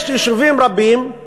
יש יישובים רבים,